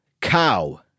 cow